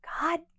God